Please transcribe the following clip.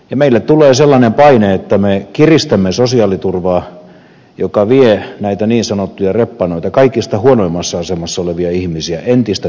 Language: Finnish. meille tulee sellainen paine että me kiristämme sosiaaliturvaa mikä vie näitä niin sanottuja reppanoita kaikista huonoimmassa asemassa olevia ihmisiä entistä tiukemmalle